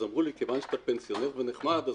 אמרו לי שכיוון שאני פנסיונר ונחמד,